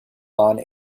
lawn